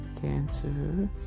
cancer